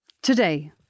Today